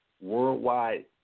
Worldwide